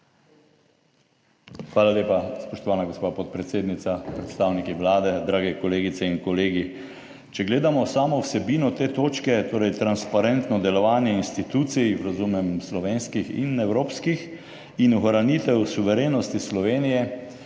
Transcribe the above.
Hvala lepa, spoštovana gospa podpredsednica. Predstavniki Vlade, dragi kolegice in kolegi! Če gledamo samo vsebino te točke, torej transparentno delovanje institucij, razumem, slovenskih in evropskih, in ohranitev suverenosti Slovenije,